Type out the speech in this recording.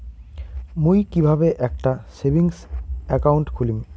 মুই কিভাবে একটা সেভিংস অ্যাকাউন্ট খুলিম?